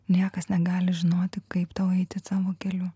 niekas negali žinoti kaip tau eiti savo keliu